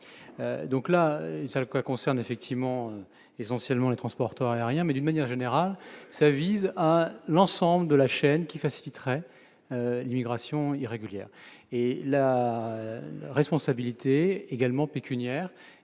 la salle quoi concerne effectivement essentiellement les transporteurs aériens, mais d'une manière générale, ça vise à l'ensemble de la chaîne qui faciliterait l'immigration irrégulière et la responsabilité également pécuniaire,